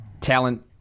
talent